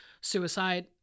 suicide